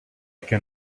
can